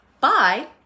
Bye